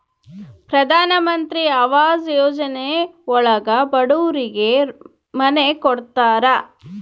ಪ್ರಧನಮಂತ್ರಿ ಆವಾಸ್ ಯೋಜನೆ ಒಳಗ ಬಡೂರಿಗೆ ಮನೆ ಕೊಡ್ತಾರ